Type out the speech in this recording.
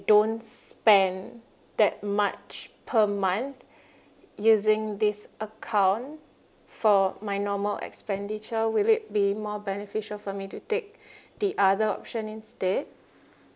don't spend that much per month using this account for my normal expenditure will it be more beneficial for me to take the other option instead